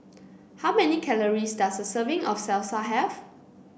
how many calories does a serving of Salsa have